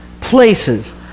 places